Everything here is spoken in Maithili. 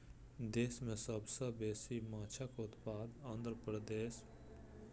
देश मे सबसं बेसी माछक उत्पादन आंध्र प्रदेश, पश्चिम बंगाल आ गुजरात मे होइ छै